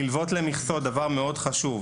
נלוות למכסות, דבר מאוד חשוב.